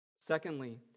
Secondly